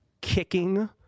kicking